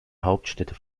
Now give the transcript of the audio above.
hauptstädte